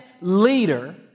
leader